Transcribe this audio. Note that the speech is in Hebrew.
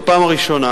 בו אחת בשנייה